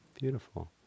Beautiful